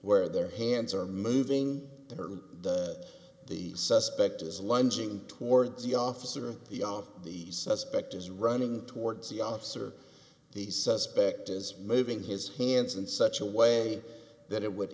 where their hands are moving or the suspect is lunging towards the officer of the off the suspect is running towards the officer the suspect is moving his hands in such a way that it would